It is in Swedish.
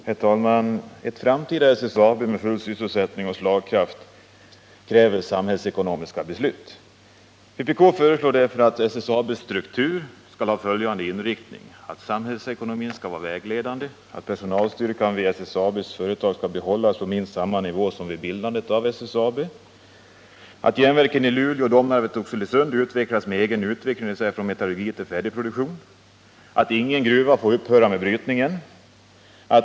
Herr talman! Ett framtida SSAB med full sysselsättning och slagkraft kräver samhällsekonomiska beslut. Vpk föreslår därför att SSAB:s struktur skall ha följande inriktning. Samhällsekonomin skall vara vägledande. Personalstyrkan vid SSAB:s företag skall behållas på minst samma nivå som vid bildandet av SSAB. Järnverken i Luleå, Domnarvet och Oxelösund skall utvecklas med ”egen utveckling”, dvs. från metallurgi till färdig produktion. Ingen gruva får upphöra med brytningen.